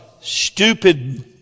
stupid